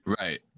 Right